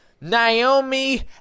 Naomi